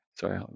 sorry